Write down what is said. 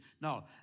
No